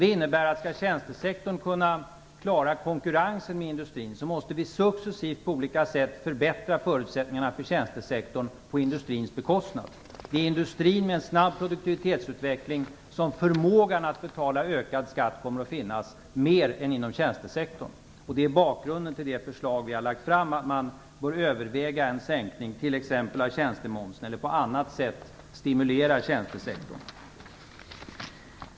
Det innebär att skall tjänstesektorn kunna klara konkurrensen med industrin, måste vi successivt på olika sätt förbättra förutsättningarna för tjänstesektorn, på industrins bekostnad. Det är i industrin, med en snabb produktivitetsutveckling, som förmågan att betala ökad skatt kommer att finnas mer än inom tjänstesektorn. Det är bakgrunden till det förslag vi har lagt fram, att man bör överväga t.ex. en sänkning av tjänstemomsen eller på annat sätt stimulera tjänstesektorn.